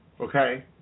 okay